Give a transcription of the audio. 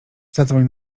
zadzwoń